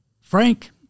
Frank